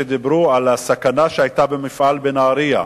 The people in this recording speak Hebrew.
שדיברו על הסכנה שהיתה במפעל בנהרייה,